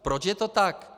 Proč je to tak?